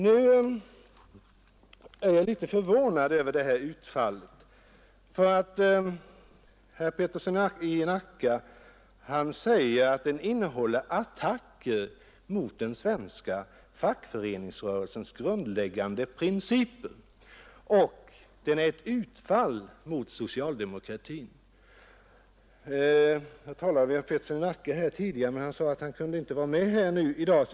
Nu är jag litet förvånad över att herr Peterson i Nacka påstod att broschyren innehåller attacker mot den svenska fackföreningsrörelsens grundläggande principer och att den är ett utfall mot socialdemokratin. Herr Peterson har meddelat mig att han inte kan vara med här i dag.